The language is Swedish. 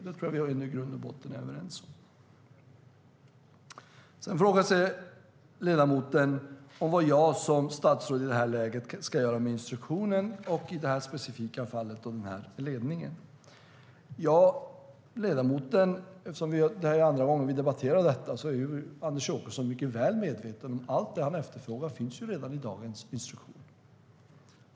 Det tror jag att vi är överens om i grund och botten. Ledamoten frågar vad jag som statsråd ska göra med instruktionen i det här läget och i det specifika fallet med den här ledningen. Eftersom det är andra gången som vi debatterar detta är Anders Åkesson väl medveten om att allt det som han efterfrågar finns i instruktionen redan i dag.